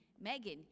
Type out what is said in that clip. Megan